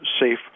safe